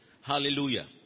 Hallelujah